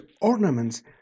ornaments